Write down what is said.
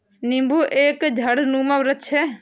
नींबू एक झाड़नुमा वृक्ष है